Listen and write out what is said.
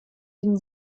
den